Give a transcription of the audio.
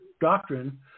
doctrine